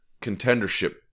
contendership